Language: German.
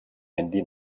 handy